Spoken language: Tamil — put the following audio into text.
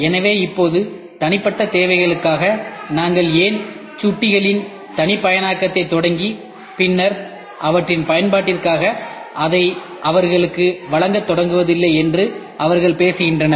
எனவே இப்போது தனிப்பட்ட தேவைகளுக்காக நாங்கள் ஏன் சுட்டிகளின் தனிப்பயனாக்கத்தை தொடங்கி பின்னர் அவற்றின் பயன்பாட்டிற்காக அதை அவர்களுக்கு வழங்கத் தொடங்குவதில்லை என்று அவர்கள் பேசுகிறார்கள்